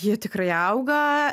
ji tikrai auga